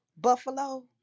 buffalo